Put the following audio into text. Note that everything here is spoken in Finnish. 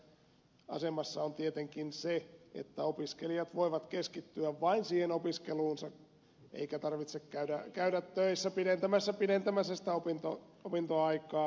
siinä keskeisessä asemassa on tietenkin se että opiskelijat voivat keskittyä vain opiskeluunsa eikä tarvitse käydä töissä pidentämässä sitä opintoaikaa